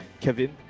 Kevin